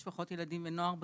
משפחות ילדים ונוער בקהילה,